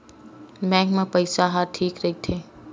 Bank मा पईसा ह ठीक राइथे?